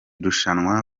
rushanwa